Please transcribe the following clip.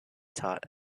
taught